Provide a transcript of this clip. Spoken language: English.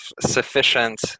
sufficient